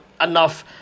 enough